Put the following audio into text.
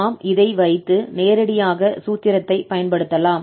நாம் இதை வைத்து நேரடியாக சூத்திரத்தைப் பயன்படுத்தலாம்